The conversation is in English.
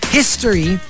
history